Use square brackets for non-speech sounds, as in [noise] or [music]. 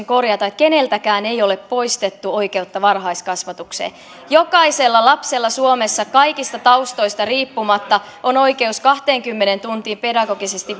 [unintelligible] korjata keneltäkään ei ole poistettu oikeutta varhaiskasvatukseen jokaisella lapsella suomessa kaikista taustoista riippumatta on oikeus kahteenkymmeneen tuntiin pedagogisesti [unintelligible]